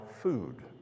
food